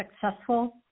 successful